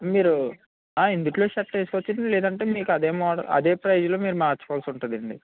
మీరు ఇందులో షర్ట్ వేసుకోవచ్చు లేదంటే మీకు అదే మోడల్ అదే ప్రైస్లో మీరు మార్చుకోవల్సి ఉంటుందండి